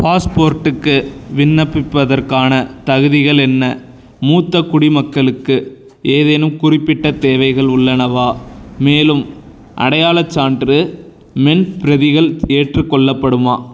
பாஸ்போர்ட்டுக்கு விண்ணப்பிப்பதற்கான தகுதிகள் என்ன மூத்த குடிமக்களுக்கு ஏதேனும் குறிப்பிட்ட தேவைகள் உள்ளனவா மேலும் அடையாளச் சான்று மென் பிரதிகள் ஏற்றுக்கொள்ளப்படுமா